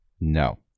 No